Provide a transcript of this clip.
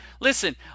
listen